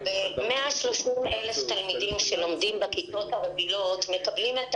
130,000 תלמידים שלומדים בכיתות הרגילות מקבלים את